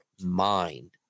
mind